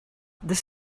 this